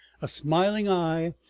a smiling eye,